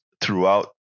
throughout